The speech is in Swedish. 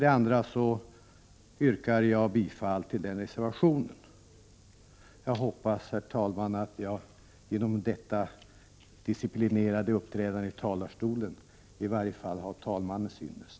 Jag yrkar bifall till reservationen. Jag hoppas, herr talman, att jag genom detta disciplinerade uppträdande i talarstolen i varje fall har talmannens ynnest.